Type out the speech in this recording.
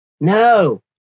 No